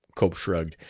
cope shrugged,